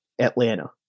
Atlanta